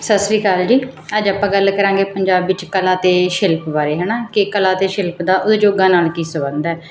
ਸਤਿ ਸ਼੍ਰੀ ਅਕਾਲ ਜੀ ਅੱਜ ਆਪਾਂ ਗੱਲ ਕਰਾਂਗੇ ਪੰਜਾਬ ਵਿੱਚ ਕਲਾ ਅਤੇ ਸ਼ਿਲਪ ਬਾਰੇ ਹੈ ਨਾ ਕਿ ਕਲਾ ਅਤੇ ਸ਼ਿਲਪ ਦਾ ਉਦਯੋਗਾਂ ਨਾਲ ਕੀ ਸੰਬੰਧ ਹੈ